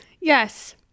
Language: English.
Yes